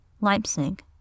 Leipzig